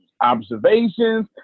observations